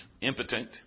impotent